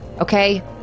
Okay